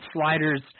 sliders